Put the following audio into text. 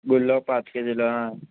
గుల్లో పాతిక కేజీలా